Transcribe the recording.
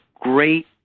great